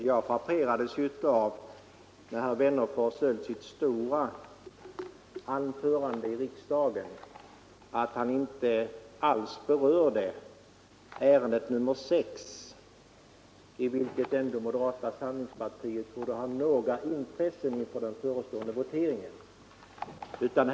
Herr talman! Vad jag frapperades av i herr Wennerfors” stora anförande i kammaren var att han inte alls berörde det ärende vi nu behandlar, civilutskottets betänkande nr6, i vilket ändå moderata samlingspartiet borde ha några intressen inför den förestående voteringen.